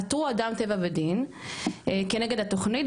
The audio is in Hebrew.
עתרו אדם טבע ודין כנגד התוכנית,